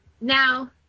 Now